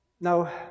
Now